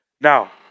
Now